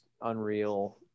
unreal